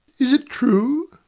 is it true?